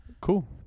Cool